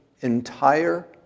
entire